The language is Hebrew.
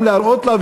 גם להראות לה.